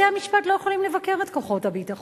ובתי-המשפט לא יכולים לבקר את כוחות הביטחון,